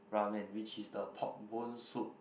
ramen which is the pork bone soup